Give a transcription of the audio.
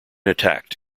attacked